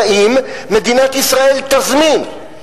אלא אם כן מדינת ישראל תזמין.